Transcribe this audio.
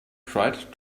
tried